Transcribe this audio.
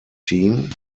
team